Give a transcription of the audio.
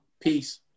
Peace